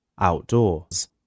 outdoors